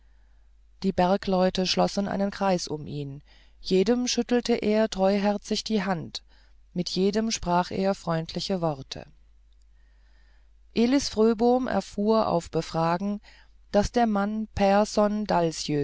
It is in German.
die bergleute schlossen einen kreis um ihn jedem schüttelte er treuherzig die hand mit jedem sprach er freundliche worte elis fröbom erfuhr auf befragen daß der mann pehrson